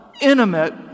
intimate